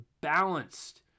balanced